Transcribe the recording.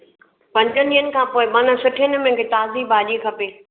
पंज ॾींहंनि खां पोइ माना सुठे नमुने ताज़ी भाॼी खपे